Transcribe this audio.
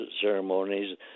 ceremonies